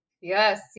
Yes